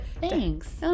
Thanks